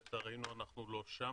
לצערנו, אנחנו לא שם.